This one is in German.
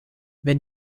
wenn